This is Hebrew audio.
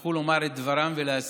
שיצטרכו לומר את דברם ולהסביר.